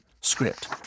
script